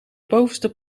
bovenste